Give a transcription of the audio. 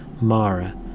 Mara